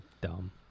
Dumb